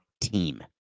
team